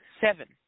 Seven